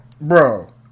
bro